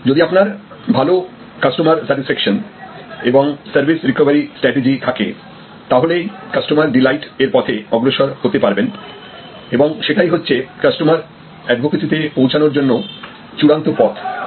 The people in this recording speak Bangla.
যদি আপনার ভালো কাস্টমার স্যাটিসফ্যাকশন এবং সার্ভিস রিকভারি স্ট্রাটেজি থাকে তাহলেই কাস্টমার ডিলাইট এর পথে অগ্রসর হতে পারবেন এবং সেটাই হচ্ছে কাস্টমার এডভোকেসিতে পৌঁছানোর জন্য চূড়ান্ত পথ